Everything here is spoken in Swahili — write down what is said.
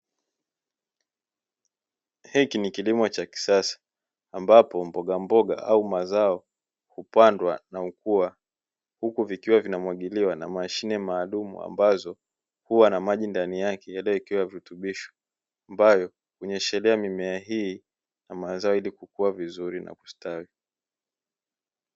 Hiki ni kilimo cha kisasa ambapo mbogamboga au mazao hupandwa na hukua, huku vikiwa vinamwagiliwa na mashine maalumu ambazo huwa na maji ndani yake yaliyowekewa virutubisho ambayo hunyeshelea mimea hii na mazao ili kukua vizuri na kustawi.